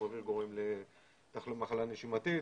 גורם למחלה נשימתית,